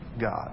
God